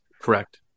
Correct